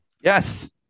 Yes